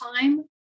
time